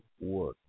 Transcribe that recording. work